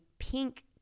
Pink